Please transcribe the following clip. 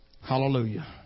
Hallelujah